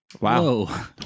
Wow